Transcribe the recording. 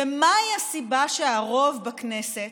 ומהי הסיבה שהרוב בכנסת,